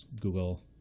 Google